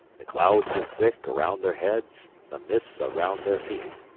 the clouds are thick around their heads, the mists around their feet.